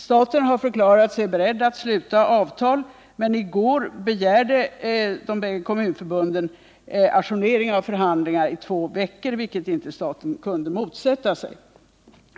Staten har förklarat sig beredd att sluta avtal, men i går begärde de bägge kommunförbunden ajournering av förhandlingarna i två veckor, vilket inte staten kunde motsätta sig.